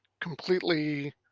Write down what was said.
Completely